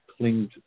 clinged